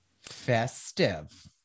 Festive